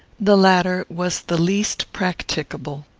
the latter was the least practicable.